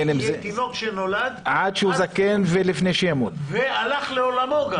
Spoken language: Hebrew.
מתינוק שנולד ועד מי שהלך לעולמו,